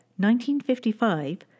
1955